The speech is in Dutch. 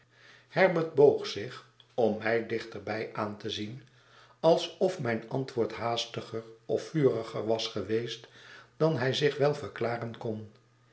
herbert boog zich om mij dichterbij aan te zien ajsof mijn antwoord haastigerof vurigerwas geweest dan hij zich wel verklaren kon